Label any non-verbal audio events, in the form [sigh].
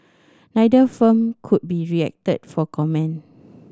neither firm could be reacted for comment [noise]